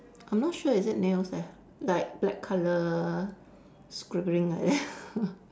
I'm not sure is it nails leh like black colour scribbling like that